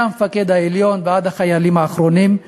מהמפקד העליון ועד החיילים האחרונים.